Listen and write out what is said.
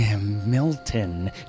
Milton